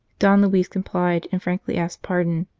don luis complied, and frankly asked pardon,